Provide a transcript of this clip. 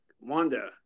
Wanda